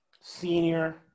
senior